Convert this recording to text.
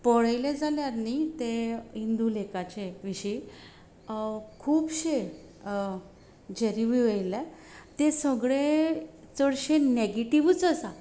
पळयले जाल्यार न्ही ते हिंदू लेखाचे विशीं खुबशे जे रिव्यू येयल्या ते सगळे चडशे नॅगेटीवूच आसा